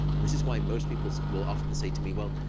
and this is why most people will often say to me, well,